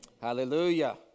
Hallelujah